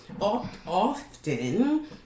often